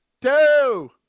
Two